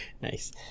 Nice